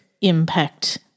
impact